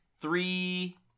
Three